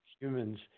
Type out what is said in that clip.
humans